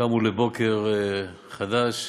שקמו לבוקר חדש,